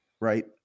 right